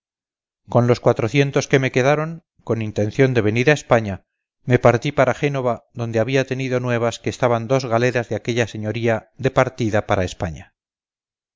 con los cuatrocientos que me quedaron con intención de venir a españa me partí para génova donde había tenido nuevas que estaban dos galeras de aquella señoría de partida para españa